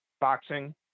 boxing